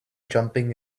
jumping